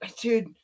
dude